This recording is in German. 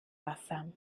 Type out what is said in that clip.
wasser